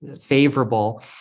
favorable